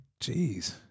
Jeez